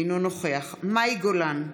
אינו נוכח מאי גולן,